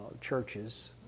churches